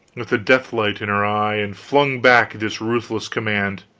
with the death-light in her eye, and flung back this ruthless command